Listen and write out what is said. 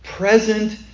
Present